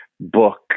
book